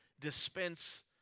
Dispense